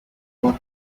what